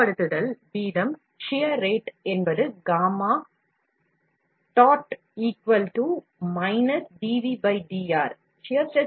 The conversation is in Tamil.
திடப்படுத்துதல் வீதம் shear rate என்பது gama dot equal to minus dv dr